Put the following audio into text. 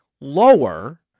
lower